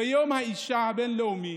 ביום האישה הבין-לאומי